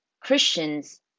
Christians